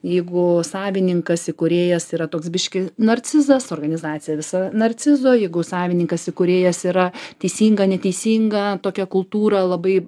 jeigu savininkas įkūrėjas yra toks biški narcizas organizacija visa narcizo jeigu savininkas įkūrėjas yra teisinga neteisinga tokia kultūra labai